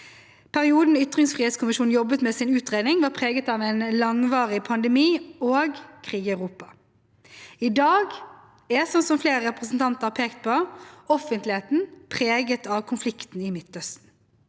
Perioden da ytringsfrihetskommisjonen jobbet med sin utredning var preget av en langvarig pandemi og krig i Europa. I dag er, som flere representanter har pekt på, offentligheten preget av konflikten i Midtøsten.